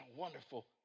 wonderful